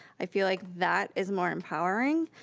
i feel like that is more empowering.